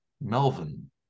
Melvin